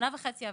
שנה וחצי עברה,